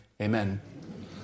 amen